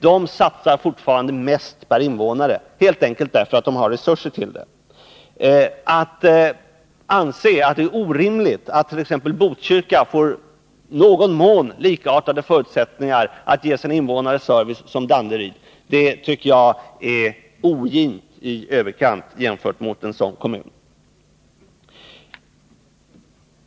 Där satsar man fortfarande mest per invånare, helt enkelt därför att det finns resurser till det. Att anse att det är orimligt att t.ex. Botkyrka kommun i någon mån får likartade förutsättningar att ge sina invånare sådan service som Danderyds kommun ger tycker jag är ogint i överkant.